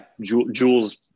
Jules